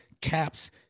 caps